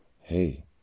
Hey